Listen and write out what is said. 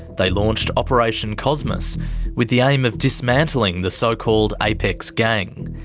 they launched operation cosmas with the aim of dismantling the so-called apex gang.